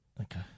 Okay